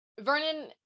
Vernon